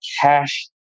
cash